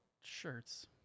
shirts